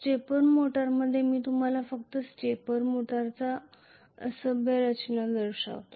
stepper मोटरमध्ये मी तुम्हाला फक्त स्टेपर मोटरची असभ्य रचना दर्शवितो